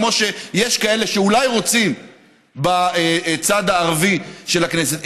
כמו שיש כאלה שאולי רוצים בצד הערבי של הכנסת,